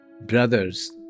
brothers